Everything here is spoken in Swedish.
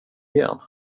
igen